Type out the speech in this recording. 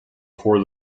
before